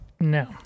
No